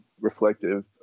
reflective